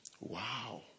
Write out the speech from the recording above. wow